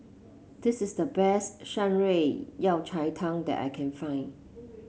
this is the best Shan Rui Yao Cai Tang that I can find